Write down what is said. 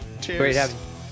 Cheers